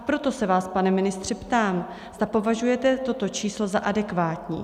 Proto se vás, pane ministře, ptám, zda považujete toto číslo za adekvátní.